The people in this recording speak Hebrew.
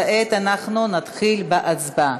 כעת אנחנו נתחיל בהצבעה.